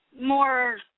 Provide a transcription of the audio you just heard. more